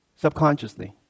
Subconsciously